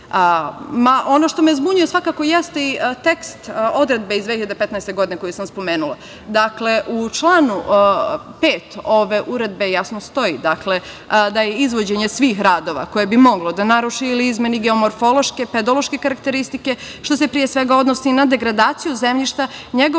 što me zbunjuje svakako jeste i tekst odredbe iz 2015. godine koju sam spomenula. Dakle, u članu 5. ove uredbe jasno stoji da je izvođenje svih radova koji bi mogli da naruše ili izmene geomorfološke, pedološke karakteristike, što se pre svega odnosi na degradaciju zemljišta, njegovo